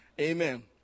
Amen